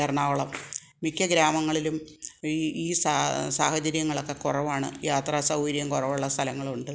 എറണാകുളം മിക്ക ഗ്രാമങ്ങളിലും ഈ ഈ സാഹചര്യം സാഹചര്യങ്ങളൊക്കെ കുറവാണ് യാത്രാസൗകര്യം കുറവുള്ള സ്ഥലങ്ങൾ ഉണ്ട്